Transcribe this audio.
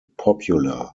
popular